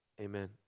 Amen